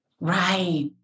Right